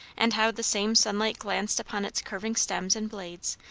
and how the same sunlight glanced upon its curving stems and blades,